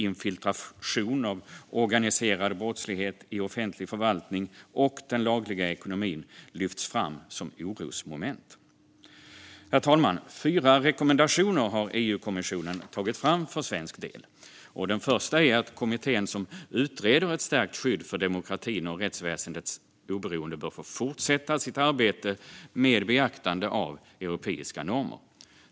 Infiltration av organiserad brottslighet i offentlig förvaltning och den lagliga ekonomin lyfts fram som orosmoment. Herr talman! EU-kommissionen har tagit fram fyra rekommendationer för svensk del. Den första är att kommittén som utreder ett stärkt skydd för demokratin och rättsväsendets oberoende bör få fortsätta sitt arbete, med beaktande av europeiska normer.